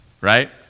right